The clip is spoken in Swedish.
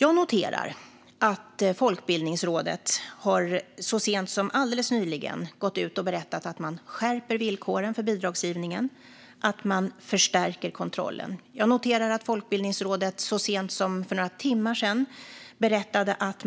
Jag noterar att Folkbildningsrådet så sent som alldeles nyligen har gått ut och berättat att man skärper villkoren för bidragsgivningen och förstärker kontrollen. Jag noterar att Folkbildningsrådet så sent som för några timmar sedan berättade att